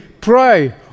pray